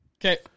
Okay